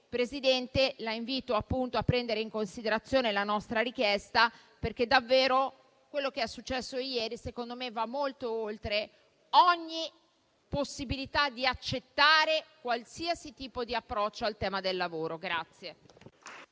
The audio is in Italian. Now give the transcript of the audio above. Presidente, la invito a prendere in considerazione la nostra richiesta, perché davvero quello che è successo ieri, secondo me, va molto oltre ogni possibilità di accettare qualsiasi tipo di approccio al tema del lavoro.